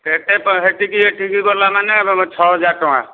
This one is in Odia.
ସେଠିକି ଏଠିକି ଗଲା ମାନେ ଛଅ ହଜାର ଟଙ୍କା